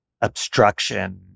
obstruction